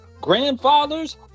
grandfathers